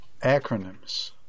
Acronyms